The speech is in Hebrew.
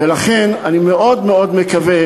ולכן אני מאוד מאוד מקווה,